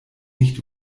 nicht